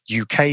UK